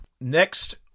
Next